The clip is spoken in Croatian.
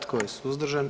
Tko je suzdržan?